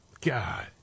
God